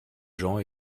gens